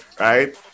Right